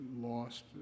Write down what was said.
lost